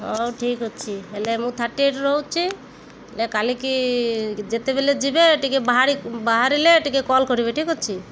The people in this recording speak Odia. ହଉ ଠିକ୍ ଅଛି ହେଲେ ମୁଁ ଥାର୍ଟି ଏଇଟ୍ରେ ରହୁଛି ହେଲେ କାଲିକି ଯେତେବେଳେ ଯିବେ ଟିକେ ବାହାର ବାହାରିଲେ ଟିକେ କଲ୍ କରିବେ ଠିକ୍ ଅଛି